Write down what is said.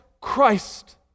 Christ